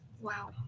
Wow